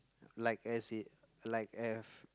like as it like as